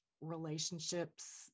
relationships